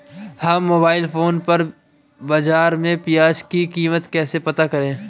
हम mobile phone पर बाज़ार में प्याज़ की कीमत कैसे पता करें?